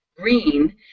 green